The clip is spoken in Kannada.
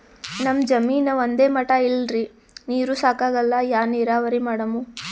ನಮ್ ಜಮೀನ ಒಂದೇ ಮಟಾ ಇಲ್ರಿ, ನೀರೂ ಸಾಕಾಗಲ್ಲ, ಯಾ ನೀರಾವರಿ ಮಾಡಮು?